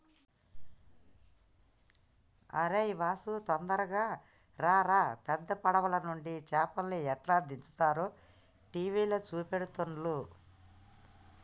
అరేయ్ వాసు తొందరగా రారా పెద్ద పడవలనుండి చేపల్ని ఎట్లా దించుతారో టీవీల చూపెడుతుల్ను